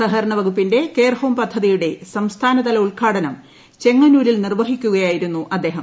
സഹകരണ പ വകുപ്പിന്റെ കെയർ ഹോം പദ്ധതിയുടെ സംസ്ഥാനതല ഉദ്ഘാടനങ് ചെങ്ങന്നൂരിൽ നിർവഹിക്കുകയായിരുന്നു അദ്ദേഹം